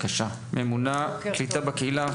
ממונה על קליטה בקהילה,